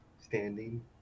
standing